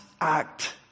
act